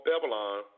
Babylon